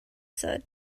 said